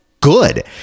good